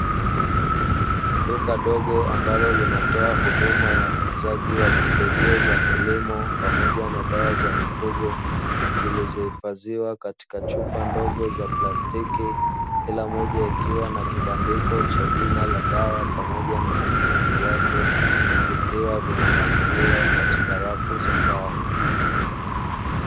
Duka dogo ambalo linatoa huduma ya uuzaji wa pembejeo za kilimo pamoja na dawa za mifugo zilizohifadhiwa katika chupa ndogo za plastiki, kila moja ikiwa na kibandiko cha jina la dawa pamoja na matumizi yake vikiwa vimepangiliwa katika rafu za mbao.